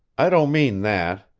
i don't mean that.